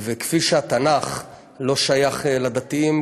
וכפי שהתנ"ך לא שייך לדתיים,